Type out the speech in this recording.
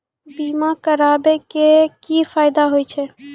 बीमा करबै के की फायदा होय छै?